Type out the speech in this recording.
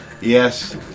Yes